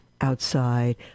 outside